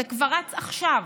זה כבר רץ עכשיו,